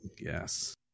Yes